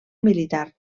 militar